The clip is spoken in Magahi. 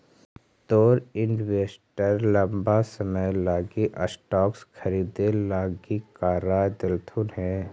तोर इन्वेस्टर लंबा समय लागी स्टॉक्स खरीदे लागी का राय देलथुन हे?